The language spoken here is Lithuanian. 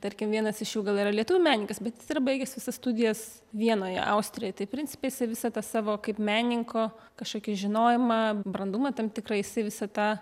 tarkim vienas iš jų gal yra lietuvių menininkas bet jis yra baigęs visas studijas vienoje austrijoj tai principe jisai visą tą savo kaip menininko kažkokį žinojimą brandumą tam tikrą jisai visą tą